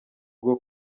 rwo